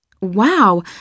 Wow